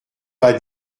pas